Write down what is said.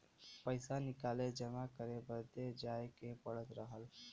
पइसा निकाले जमा करे बदे जाए के पड़त रहल